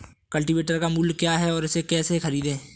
Cultivator का मूल्य क्या है और इसे कैसे खरीदें?